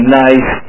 nice